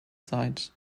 site